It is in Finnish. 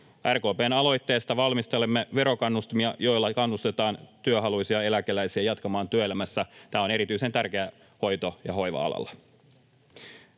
RKP:n aloitteesta valmistelemme verokannustimia, joilla kannustetaan työhaluisia eläkeläisiä jatkamaan työelämässä. Tämä on erityisen tärkeää hoito- ja hoiva-alalla.